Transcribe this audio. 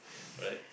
right